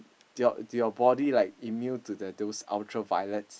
do your do your body like immune to like those ultraviolet